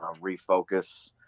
refocus